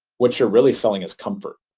what you're really selling is comfort,